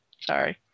Sorry